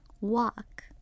walk